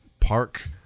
Park